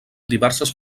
diverses